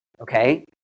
okay